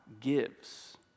gives